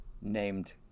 named